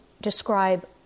describe